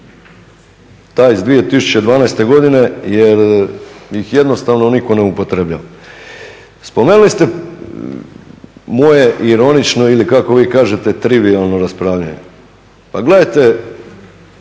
Ta iz 2012. godine jer ih jednostavno niko ne upotrebljava. Spomenuli ste moje ironično ili kako vi kažete trivijalno raspravljanje. Pa gledajte